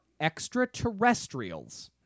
extraterrestrials